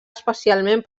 especialment